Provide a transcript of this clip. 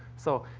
so,